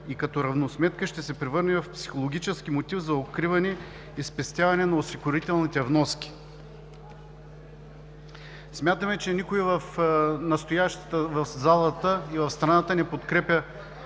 и като равносметка ще се превърне в психологически мотив за укриване и спестяване на осигурителните вноски. Смятаме, че никой в залата и в страната не подкрепя